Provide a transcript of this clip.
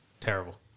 Terrible